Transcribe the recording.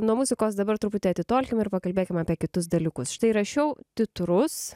nuo muzikos dabar truputį atitolkim ir pakalbėkim apie kitus dalykus štai rašiau titrus